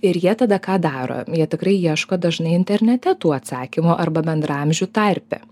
ir jie tada ką daro jie tikrai ieško dažnai internete tų atsakymų arba bendraamžių tarpe